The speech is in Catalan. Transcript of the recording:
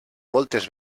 moltes